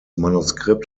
manuskript